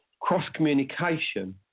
cross-communication